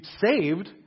saved